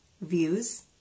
views